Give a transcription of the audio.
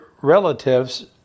relatives